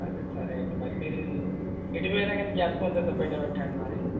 సరే సరే అండి మరి మీరు ఎటు పోయినా కానీ గ్యాస్ మొద్దు అయితే బయట పెట్టండి మరి